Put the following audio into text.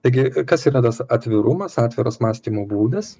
taigi kas yra tas atvirumas atviras mąstymo būdas